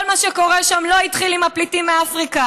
כל מה שקורה שם לא התחיל עם הפליטים מאפריקה,